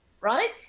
right